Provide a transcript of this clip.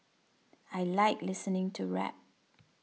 I like listening to rap